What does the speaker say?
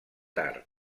tard